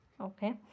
Okay